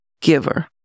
Giver